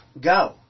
go